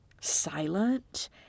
silent